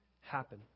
happen